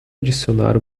adicionar